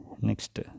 Next